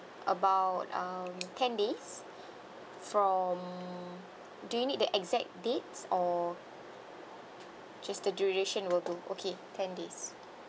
about um ten days from do you need the exact dates or just the duration will do okay ten days